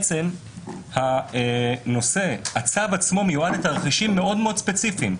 שהצו עצמו מיועד לתרחישים מאוד ספציפיים,